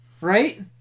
Right